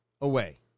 away